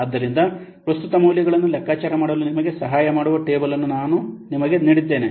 ಆದ್ದರಿಂದ ಪ್ರಸ್ತುತ ಮೌಲ್ಯಗಳನ್ನು ಲೆಕ್ಕಾಚಾರ ಮಾಡಲು ನಿಮಗೆ ಸಹಾಯ ಮಾಡುವ ಟೇಬಲ್ ಅನ್ನು ನಾವು ನಿಮಗೆ ನೀಡಿದ್ದೇವೆ